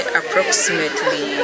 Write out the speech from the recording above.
approximately